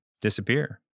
disappear